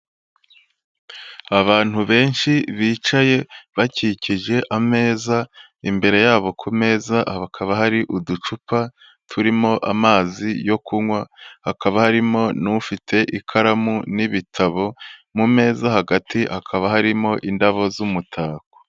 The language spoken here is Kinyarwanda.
Abantu benshi bicaye bakikije ameza, imbere yabo ku meza hakaba hari uducupa turimo amazi yo kunywa, hakaba harimo n'ufite ikaramu n'ibitabo, mu meza hagati hakaba harimo indabo z'umutako.